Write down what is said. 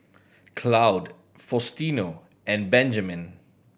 Claude Faustino and Benjamen